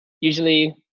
Usually